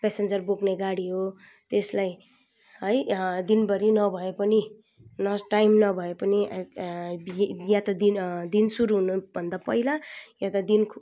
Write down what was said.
passenger बोक्ने गाडी हो त्यसलाई है दिनभरि नभए पनि न टाइम नभए पनि बिहान त दिन सुरु हुन भन्दा पहिला वा त दिन